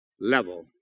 Level